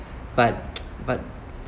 but but